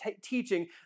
teaching